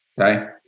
Okay